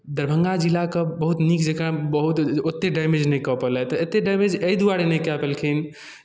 दरभंगा जिलाकेँ बहुत नीक जँका बहुत ओतेक डैमेज नहि कऽ पओलथि एतेक डैमेज एहि दुआरे नहि कऽ पयलखिन